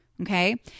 Okay